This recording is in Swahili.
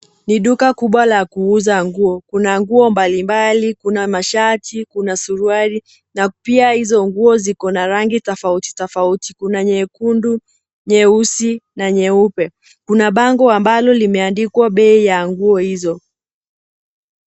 Ni duka kubwa la kuuza nguo. Kuna nguo mbalimbali, kuna mashati, kuna suruari na pia hizo nguo ziko na rangi tofauti tofauti. Kuna nyekundu, nyeusi na nyeupe. Kuna bango ambalo limeandikwa bei ya nguo hizo.